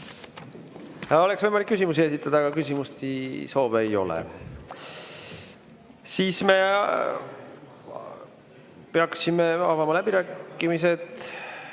Oleks võimalik küsimusi esitada, aga küsimise soove ei ole. Siis peaksime avama läbirääkimised.